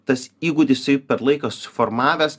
tas įgūdis jei per laiką suformavęs